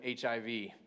HIV